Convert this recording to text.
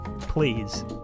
please